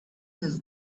has